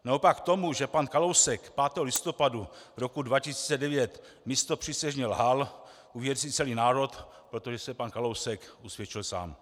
Naopak tomu, že pan Kalousek 5. listopadu 2009 místopřísežně lhal, uvěří celý národ, protože se pan Kalousek usvědčil sám.